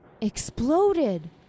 Exploded